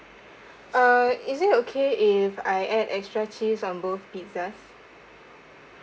uh is it okay if I add extra cheese on both pizzas